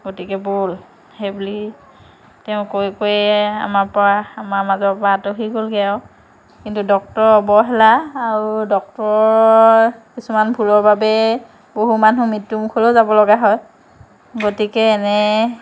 গতিকে ব'ল সেই বুলি তেওঁ কৈ কৈয়ে আমাৰ পৰা আমাৰ মাজৰ পৰা আঁতহি গ'লগৈ আৰু কিন্তু ডক্তৰৰ অৱহেলা আৰু ডক্তৰৰ কিছুমান ভুলৰ বাবেই বহু মানুহ মৃত্যুৰ মুখলৈও যাবলগা হয় গতিকে এনে